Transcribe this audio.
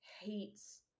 hates